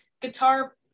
guitar